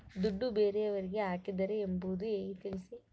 ದುಡ್ಡು ಬೇರೆಯವರಿಗೆ ಹಾಕಿದ್ದಾರೆ ಎಂಬುದು ಹೇಗೆ ತಿಳಿಸಿ?